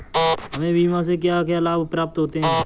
हमें बीमा से क्या क्या लाभ प्राप्त होते हैं?